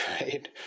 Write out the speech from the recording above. right